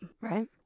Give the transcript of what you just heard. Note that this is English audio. Right